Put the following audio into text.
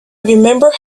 remember